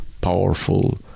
powerful